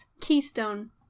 Keystone